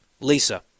Lisa